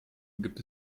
gibt